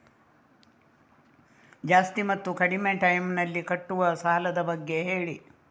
ಜಾಸ್ತಿ ಮತ್ತು ಕಡಿಮೆ ಟೈಮ್ ನಲ್ಲಿ ಕಟ್ಟುವ ಸಾಲದ ಬಗ್ಗೆ ಹೇಳಿ